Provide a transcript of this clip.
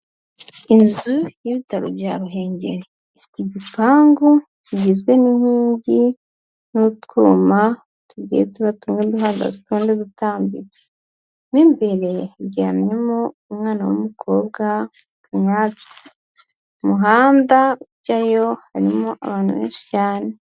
Inzu y'ibitaro bya Ruhengeri, ifite igipangu kigizwe n'inkingi, n'utwuma, tugiye tuba tumwe duhagaze, utundi dutambitse, mo imbere haryamyemo umwana w'umukobwa umuhanda ujyayo harimo abantu benshi cyane.